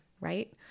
right